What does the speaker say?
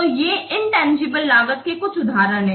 तो ये इनतंजीबले लागत के कुछ उदाहरण हैं